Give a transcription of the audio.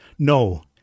No